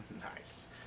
Nice